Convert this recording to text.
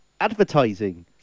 Advertising